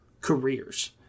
careers